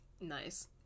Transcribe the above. Nice